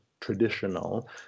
traditional